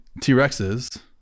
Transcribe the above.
t-rexes